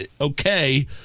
okay